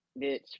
bitch